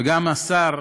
וגם שר